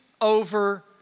over